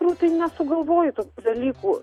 turbūt tai nesugalvoji tokių dalykų